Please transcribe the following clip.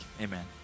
Amen